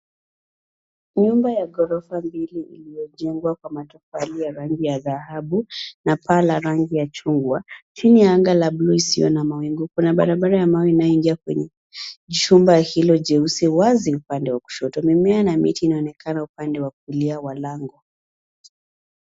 Nyumba ya ghorofa mbili iliyojengwa kwa matofali ya rangi ya dhahabu na paa la rangi ya chungwa. Chini ya anga la bluu isiyo na mawingu kuna barabara ya mawe inayoingia kwenye chumba hilo jeusi wazi upande wa kushoto. Mimea na miti inaonekana upande wa kulia wa lango.